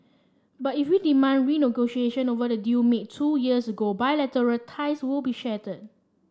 but if we demand renegotiation over the deal made two years ago bilateral ties will be shattered